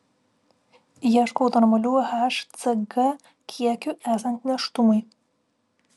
ieškau normalių hcg kiekių esant nėštumui